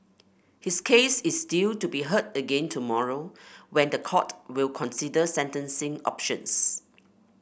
his case is due to be heard again tomorrow when the court will consider sentencing options